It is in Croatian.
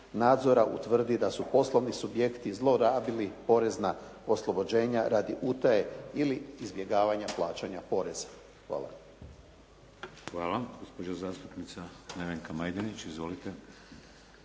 nadzora utvrdi da su poslovni subjekti zlorabila porezna oslobođenja radi utaje ili izbjegavanja plaćanja poreza. Hvala. **Šeks, Vladimir (HDZ)** Hvala. Gospođa zastupnica Nevenka Majdenić. Izvolite.